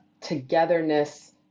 togetherness